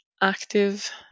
active